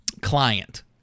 client